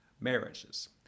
marriages